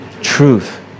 truth